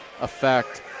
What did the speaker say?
affect